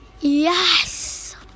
Yes